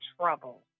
trouble